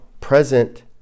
present